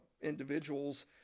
individuals